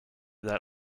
that